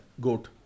GOAT